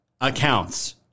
accounts